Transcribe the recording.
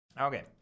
okay